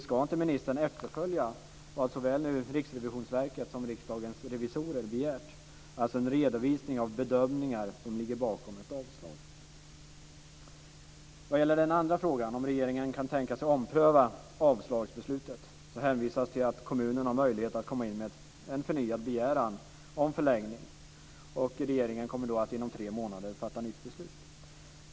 Ska inte ministern efterfölja vad såväl Riksrevisionsverket som Riksdagens revisorer begärt, dvs. en redovisning av bedömningar som ligger bakom ett avslag? Vad gäller den andra frågan, om regeringen kan tänka sig att ompröva avslagsbeslutet, hänvisas till att kommunen har möjlighet att komma in med en förnyad begäran om förlängning. Regeringen kommer då att inom tre månader fatta nytt beslut.